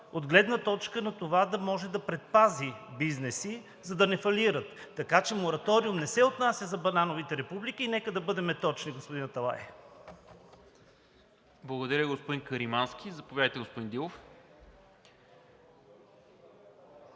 от гледна точка на това да може да предпази бизнеси, за да не фалират. Така че мораториум не се отнася за банановите републики. Нека да бъдем точни, господин Аталай. ПРЕДСЕДАТЕЛ НИКОЛА МИНЧЕВ: Благодаря, господин Каримански. Заповядайте, господин Дилов.